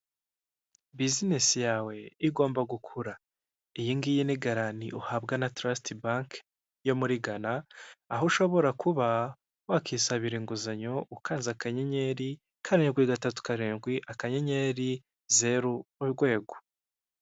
Bizinesi yawe igomba gukura. Iyingiyi ni garanti uhabwa na tarasiti banki yo muri Gana, aho ushobora kuba wakisabira inguzanyo, ukanze kanyenyeri, karindi gatatu karindwi, akanyenyeri, zeru, urwego.